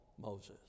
Moses